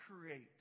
create